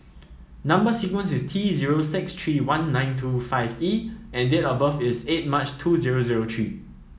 number sequence is T zero six three one nine two five E and date of birth is eight March two zero zero three